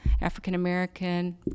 African-American